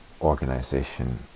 organization